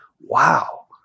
Wow